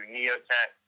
Neotech